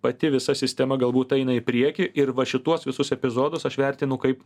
pati visa sistema galbūt eina į priekį ir va šituos visus epizodus aš vertinu kaip